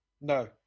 No